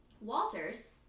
Walters